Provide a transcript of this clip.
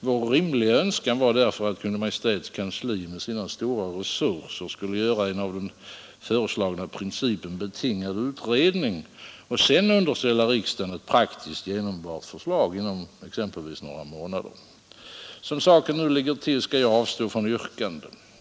Vår rimliga önskan var att Kungl. Maj:ts kansli, med sina stora resurser, skulle göra en av den föreslagna principen betingad utredning och sedan underställa riksdagen ett praktiskt genomförbart förslag inom exempelvis några månader. Som saken nu ligger till, skall jag avstå från yrkanden.